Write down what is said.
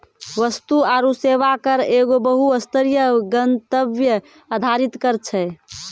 वस्तु आरु सेवा कर एगो बहु स्तरीय, गंतव्य आधारित कर छै